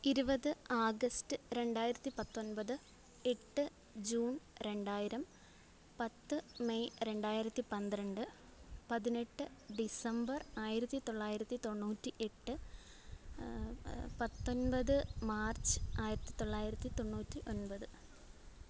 ഇരുപത് ഓഗസ്റ്റ് രണ്ടായിരത്തി പത്തൊൻപത് എട്ട് ജൂൺ രണ്ടായിരം പത്ത് മെയ് രണ്ടായിരത്തി പന്ത്രണ്ട് പതിനെട്ട് ഡിസംബർ ആയിരത്തി തൊള്ളായിരത്തി തൊണ്ണൂറ്റി എട്ട് പത്തൊൻപത് മാർച്ച് ആയിരത്തി തൊള്ളായിരത്തി തൊണ്ണൂറ്റി ഒൻപത്